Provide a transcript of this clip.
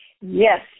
Yes